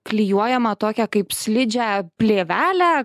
klijuojamą tokią kaip slidžią plėvelę